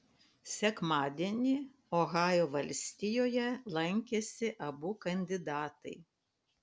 sekmadienį ohajo valstijoje lankėsi abu kandidatai